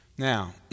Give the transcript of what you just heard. Now